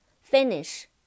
Finish